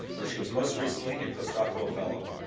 where she was most recently a post-doctoral fellow.